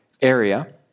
area